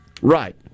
Right